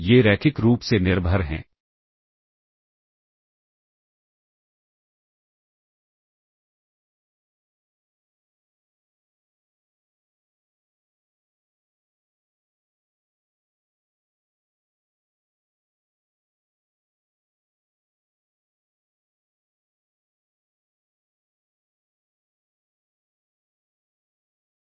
ये रैखिक रूप से निर्भर हैं